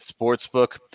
Sportsbook